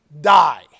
die